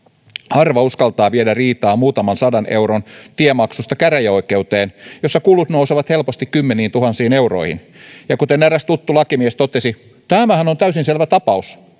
harva uskaltaa viedä riitaa muutaman sadan euron tiemaksusta käräjäoikeuteen jossa kulut nousevat helposti kymmeniintuhansiin euroihin ja kuten eräs tuttu lakimies totesi tämähän on täysin selvä tapaus